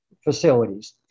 facilities